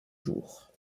jours